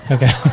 Okay